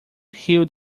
healed